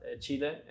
Chile